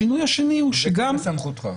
זה לא בסמכותך.